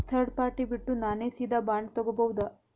Third party ಬಿಟ್ಟು ನಾನೇ ಸೀದಾ ಬಾಂಡ್ ತೋಗೊಭೌದಾ?